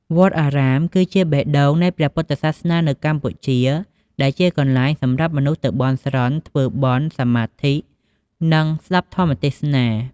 វត្តអារាម គឺជាបេះដូងនៃព្រះពុទ្ធសាសនានៅកម្ពុជា ដែលជាកន្លែងសម្រាប់មនុស្សទៅ បន់ស្រន់ ធ្វើបុណ្យ សមាធិ និងស្ដាប់ធម៌ទេសនា។